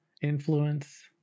influence